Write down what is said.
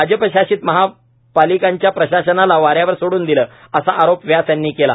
भाजपशासित महापालिकांच्या प्रशासनाला वा यावर सोड्रन दिले असा आरोप व्यास यांनी केला